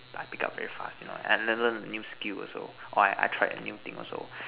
I pick up very fast you know and learn new skill also or I I try new thing also